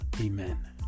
Amen